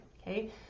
okay